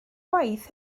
waith